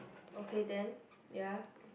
okay then ya